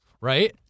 Right